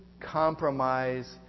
compromise